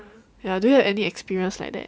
do you have any experience like that